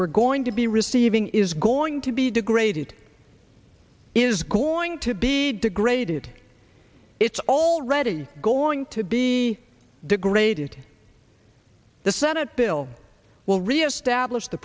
we're going to be receiving is going to be degraded is going to be degraded it's already going to be degraded the senate bill will reestablish the